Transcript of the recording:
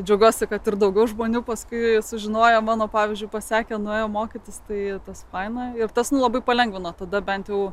džiaugiuosi kad ir daugiau žmonių paskui sužinoję mano pavyzdžiui pasakė nuėjo mokytis tai tas faina ir tas labai palengvina tada bent jau